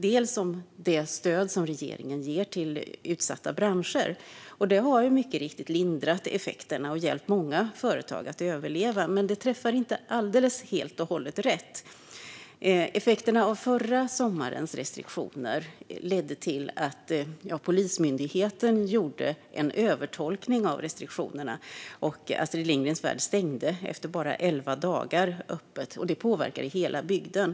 Det handlar bland annat om det stöd som regeringen ger till utsatta branscher. Det har mycket riktigt lindrat effekterna och hjälpt många företag att överleva. Men det träffar inte helt och hållet rätt. Effekterna av förra sommarens restriktioner ledde till att Polismyndigheten gjorde en övertolkning av restriktionerna, och Astrid Lindgrens Värld stängde efter att ha hållit öppet i bara elva dagar. Det påverkade hela bygden.